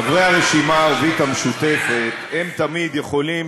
חברי הרשימה הערבית המשותפת תמיד יכולים,